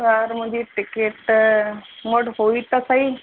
sir मुंहिंजी ticket मूं वटि हुई त सहीं